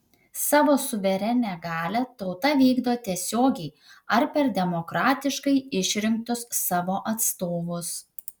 savo suverenią galią tauta vykdo tiesiogiai ar per demokratiškai išrinktus savo atstovus